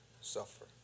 suffer